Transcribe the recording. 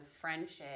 friendship